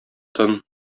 тын